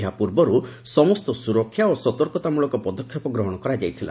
ଏହା ପୂର୍ବରୁ ସମସ୍ତ ସୁରକ୍ଷା ଓ ସତର୍କତାମଳକ ପଦକ୍ଷେପ ଗ୍ରହଣ କରାଯାଇଥିଲା